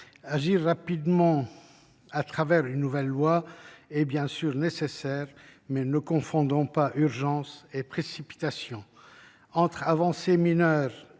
Agir rapidement à travers une nouvelle loi est bien sûr nécessaire, mais ne confondons pas urgence et précipitation ! Entre avancées mineures